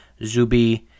Zubi